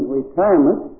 retirement